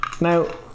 Now